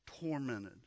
tormented